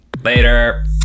later